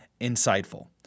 insightful